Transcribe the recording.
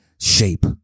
shape